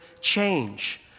change